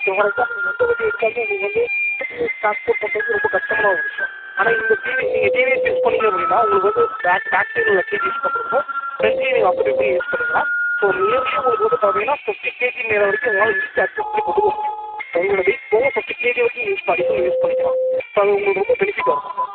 இப்போ for example நீங்கள் எந்த வண்டியை எடுத்தாலுமே உங்களுக்கு வந்து ஹெவி லோட் டிரான்ஸ்போர்ட் பண்ணுறது வந்து ரொம்ப கஷ்டமான ஒரு விஷயம் ஆனால் இந்த டிவி நீங்கள் டிவிஎஸ் யூஸ் பண்ணீங்க அப்படின்னா உங்களுக்கு வந்து பேக் பேக் சைட்டில் லக்கேஜ் யூஸ் பண்ணுறதுக்கும் ஃபிரண்ட்லேயும் நீங்கள் ஆக்குபை பண்ணி யூஸ் பண்ணிக்கலாம் ஸோ நியர்லி உங்களுக்கு வந்து பார்த்தீங்கன்னா ஃபிஃப்டி கேஜி மேலே வரைக்கும் உங்களால் ஈஸியாக அக்சஸ் பண்ணி கொண்டு போக முடியும் உங்களோடய் வெயிட் போக ஃபிஃப்டி கேஜி வரைக்கும் நீங்கள் யூஸ் அடிஷ்னலாக நீங்கள் யூஸ் பண்ணிக்கலாம் ஸோ அது உங்களுக்கு ரொம்ப பெனிஃபிட்டாக இருக்கும் சார்